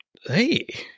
hey –